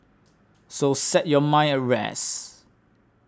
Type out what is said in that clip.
so set your mind at rest